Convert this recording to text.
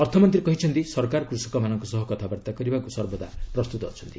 ଅର୍ଥମନ୍ତ୍ରୀ କହିଛନ୍ତି ସରକାର କୃଷକମାନଙ୍କ ସହ କଥାବାର୍ତ୍ତା କରିବାକୁ ସର୍ବଦା ପ୍ରସ୍ତୁତ ଅଛନ୍ତି